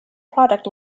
product